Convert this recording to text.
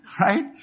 right